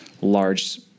large